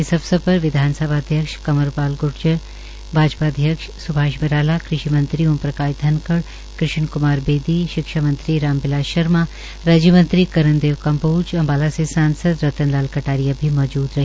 इस अवसर विधानसभा अध्यक्ष कंवर पाल ग्र्जर भाजपा अध्यक्ष स्भाष बराला कृषि मंत्री ओम प्रकाश धनखड़ कृष्ण क्मार बेदीशिक्षा मंत्री राम बिलास शर्मा राज्य मंत्री कर्ण देव कम्बोज अम्बाला से सांसद रतन लाल कटारिया भी मौजूद रहे